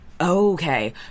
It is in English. okay